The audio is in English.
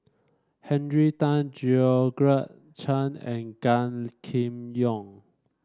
Henry Tan Georgette Chen and Gan Kim Yong